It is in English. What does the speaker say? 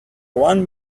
one